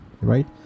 Right